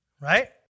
right